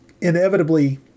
Inevitably